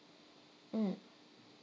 mm